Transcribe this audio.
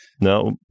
No